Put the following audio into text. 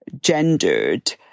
gendered